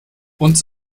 uns